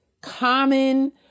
common